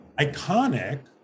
Iconic